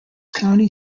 county